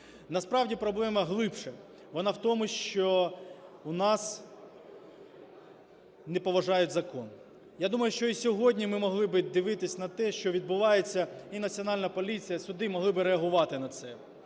Насправді, проблема глибше, вона в тому, що у нас не поважають закон. Я думаю, що і сьогодні ми могли би дивитися на те, що відбувається, і Національна поліція, суди могли би реагувати на це.